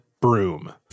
broom